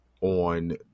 on